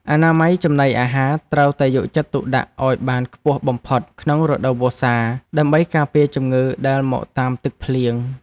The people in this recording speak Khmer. អនាម័យចំណីអាហារត្រូវតែយកចិត្តទុកដាក់ឱ្យបានខ្ពស់បំផុតក្នុងរដូវវស្សាដើម្បីការពារជំងឺដែលមកតាមទឹកភ្លៀង។